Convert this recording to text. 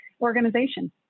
organization